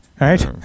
right